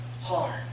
hard